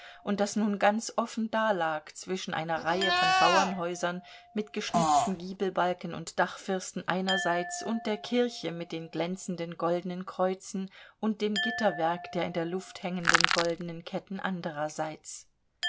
und das nun ganz offen dalag zwischen einer reihe von bauernhäusern mit geschnitzten giebelbalken und dachfirsten einerseits und der kirche mit den glänzenden goldenen kreuzen und dem gitterwerk der in der luft hängenden goldenen ketten andererseits